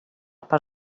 per